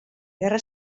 guerra